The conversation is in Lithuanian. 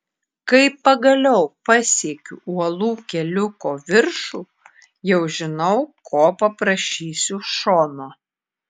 kai pagaliau pasiekiu uolų keliuko viršų jau žinau ko paprašysiu šono